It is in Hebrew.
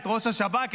את ראש השב"כ,